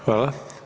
Hvala.